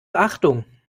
achtung